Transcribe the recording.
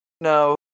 No